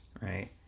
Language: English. Right